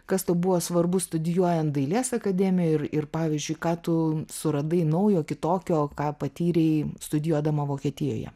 kas tau buvo svarbu studijuojant dailės akademijoj ir ir pavyzdžiui ką tu suradai naujo kitokio ką patyrei studijuodama vokietijoje